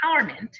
empowerment